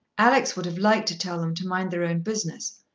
alex would have liked to tell them to mind their own business,